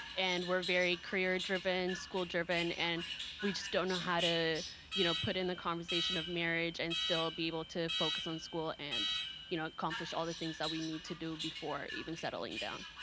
and we're very career driven, school driven. and we just don't know how to you know put in the conversation of marriage, and still be able to focus on school and you know accomplish all the things that we need to do before even settling down.